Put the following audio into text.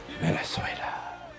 Venezuela